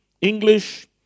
English